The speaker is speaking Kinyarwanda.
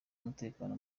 umutekano